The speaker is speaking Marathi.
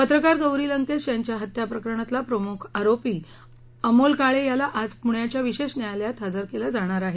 पत्रकार गौरी लंकेश यांच्या हत्या प्रकरणातला मुख्य आरोपी अमोल काळे याला आज पुण्याच्या विशेष न्यायालयात हजर केलं जाणार आहे